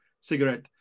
cigarette